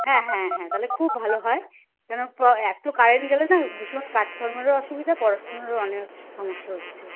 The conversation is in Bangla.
হ্যাঁ হ্যাঁ হ্যাঁ তাহলে খুব ভালো হয় কেন প এতো কারেন্ট গেলে না ভীষণ কাজকর্মেরও অসুবিধা পড়াশোনারও অনেক সমস্যা হচ্ছে